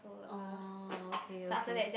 oh okay okay